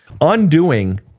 Undoing